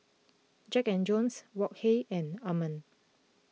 Jack and Jones Wok Hey and Anmum